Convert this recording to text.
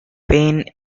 pain